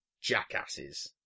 jackasses